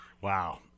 Wow